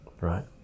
right